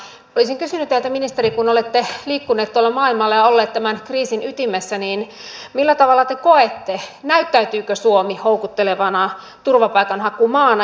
olisin kysynyt teiltä ministeri kun olette liikkunut tuolla maailmalla ja ollut tämän kriisin ytimessä millä tavalla te koette näyttäytyykö suomi houkuttelevana turvapaikanhakumaana